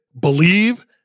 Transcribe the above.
believe